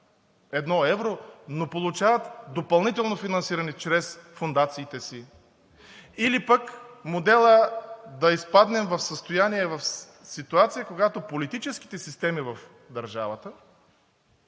едно евро, но получават допълнително финансиране чрез фондациите си. Или пък моделът да изпаднем в състояние, в ситуация, когато политическите системи в държавата